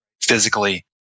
physically